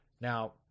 Now